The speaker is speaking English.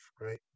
right